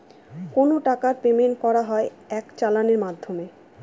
কোনো টাকার পেমেন্ট করা হয় এক চালানের মাধ্যমে